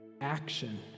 action